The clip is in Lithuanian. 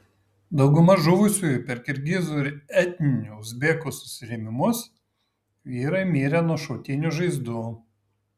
dauguma žuvusiųjų per kirgizų ir etninių uzbekų susirėmimus vyrai mirę nuo šautinių žaizdų